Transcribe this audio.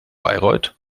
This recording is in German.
bayreuth